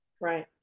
Right